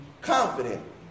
confident